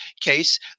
case